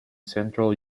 central